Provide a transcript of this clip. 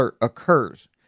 occurs